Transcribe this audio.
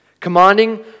Commanding